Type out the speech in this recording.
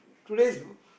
today's